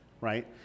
right